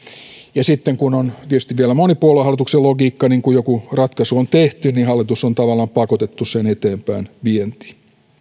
ja kun on tietysti vielä monipuoluehallituksen logiikka niin kun joku ratkaisu on tehty niin hallitus on tavallaan pakotettu sen eteenpäinvientiin